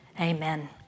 Amen